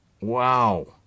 Wow